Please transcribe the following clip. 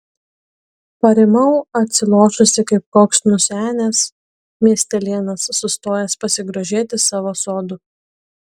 parimau atsilošusi kaip koks nusenęs miestelėnas sustojęs pasigrožėti savo sodu